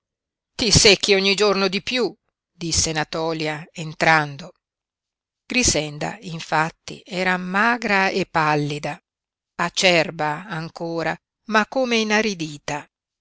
ti secchi ogni giorno di piú disse natòlia entrando grixenda infatti era magra e pallida acerba ancora ma come inaridita